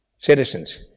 citizens